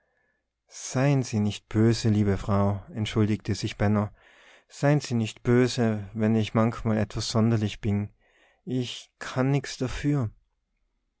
sein sie nicht böse liebe frau entschuldigte sich benno sein sie nicht böse wenn ich manchmal etwas sonderlich bin ich kann nichts dafür